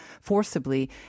forcibly